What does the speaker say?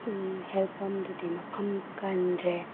ꯍꯦꯜ ꯄꯝꯗꯨꯗꯤ ꯃꯐꯝ ꯀꯟꯗ꯭ꯔꯦ